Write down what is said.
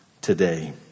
today